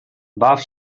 baw